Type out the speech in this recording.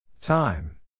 time